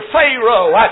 Pharaoh